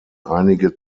einige